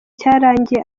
cyarangiye